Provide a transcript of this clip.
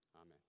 Amen